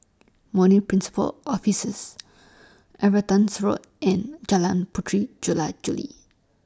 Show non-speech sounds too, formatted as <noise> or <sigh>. <unintelligible> Principal Offices <noise> Evertons Road and Jalan Puteri Jula Juli